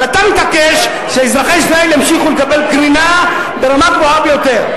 אבל אתה מתעקש שאזרחי ישראל ימשיכו לקבל קרינה ברמה גבוהה ביותר.